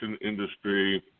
industry